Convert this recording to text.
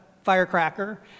firecracker